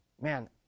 Man